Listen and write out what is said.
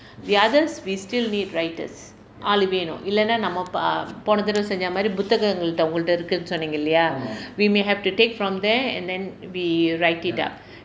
the others we still need writers ஆளு வேணும் இல்லைனா நம்ம போன தடவை செய்ஞ்ச மாதிரி புத்தகங்கள் கிட்ட உள்ள இருக்குன்னு சொன்னிங்க இல்லையா:aalu vaenum illainaa namma pona thadavai seynja maathiri putthaganal kitta ulla irukkunnu sonninga illaiyaa we may have to take from there and then we write it up